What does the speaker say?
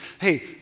Hey